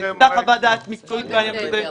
נעשתה חוות דעת מקצועית בעניין הזה.